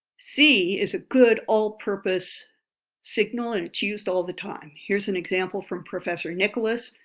see is a good all-purpose signal and it's used all the time. here's an example from professor nicolas,